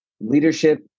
Leadership